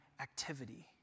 activity